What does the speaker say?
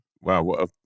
Wow